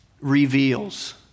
reveals